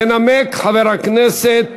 ינמק חבר הכנסת